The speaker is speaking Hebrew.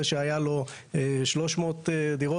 זה שהיה לו 300 דירות,